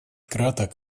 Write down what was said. краток